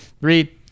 Three